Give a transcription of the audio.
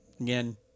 Again